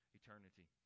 eternity